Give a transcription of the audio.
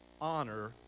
honor